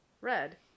red